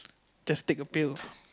just take a pill